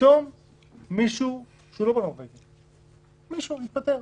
ופתאום מישהו מתפטר,